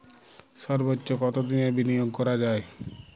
সর্বোচ্চ কতোদিনের বিনিয়োগ করা যায়?